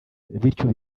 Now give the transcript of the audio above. bityo